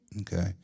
okay